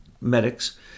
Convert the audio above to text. medics